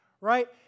Right